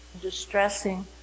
distressing